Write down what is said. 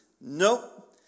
nope